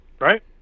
Right